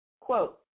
quote